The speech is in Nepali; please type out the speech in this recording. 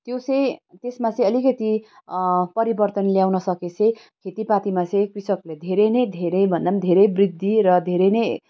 त्यो चाहिँ त्यसमा चाहिँ अलिकति परिवर्तन ल्याउन सके चाहिँ खेतीपातीमा चाहिँ कृषकले धेरै नै धेरैभन्दा पनि धेरै वृद्धि र धेरै नै